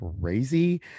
crazy